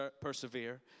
persevere